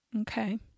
Okay